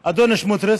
אחרי 2002, אדון סמוטריץ,